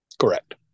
Correct